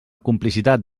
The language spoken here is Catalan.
complicitat